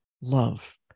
love